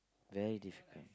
very difficult